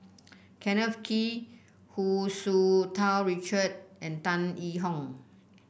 Kenneth Kee Hu Tsu Tau Richard and Tan Yee Hong